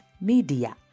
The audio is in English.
Media